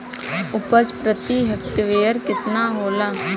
उपज प्रति हेक्टेयर केतना होला?